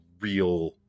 real